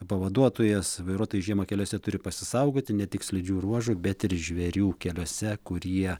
pavaduotojas vairuotojai žiemą keliuose turi pasisaugoti ne tik slidžių ruožų bet ir žvėrių keliuose kur jie